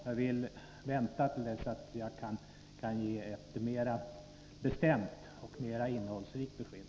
Jag vill vänta till dess jag kan ge ett mera bestämt och mera innehållsrikt besked.